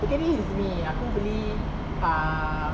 okay this is me aku beli ah